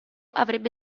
avrebbe